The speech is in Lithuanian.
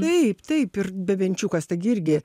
taip taip ir bebenčiukas taigi irgi